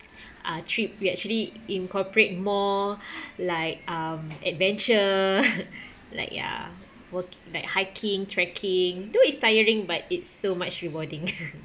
uh trip we actually incorporate more like um adventure like ya walk~ like hiking trekking though it's tiring but it's so much rewarding